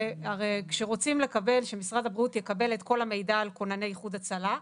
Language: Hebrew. הרי כשרוצים שמשרד הבריאות יקבל את כל המידע על כונני איחוד הצלה,